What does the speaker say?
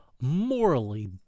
morally